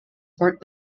fourth